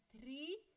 three